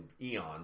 eons